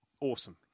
Awesome